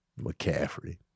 McCaffrey